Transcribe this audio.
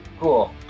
Cool